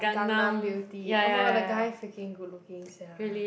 Gangnam beauty oh my god the guy freaking good looking sia